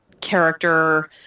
character –